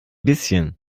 bisschen